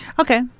Okay